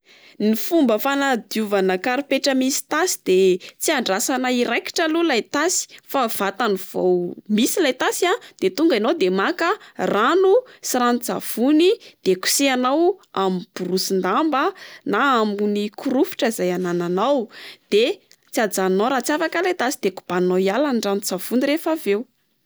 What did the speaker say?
Ny fomba fana diovana karipetra misy tasy de tsy andrasana iraikitra aloha ilay tasy fa vatany vao misy ilay tasy a de tonga ianao de maka rano sy ranon-tsavony de kosehanao amin'ny borosin-damba na amin'ny korofitra izay anananao, de tsy ajanonao raha tsy afaka ilay tasy, de kobaninao iala ny ranon-tsavony avy eo.